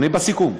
אני בסיכום.